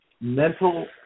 mental